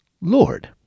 Lord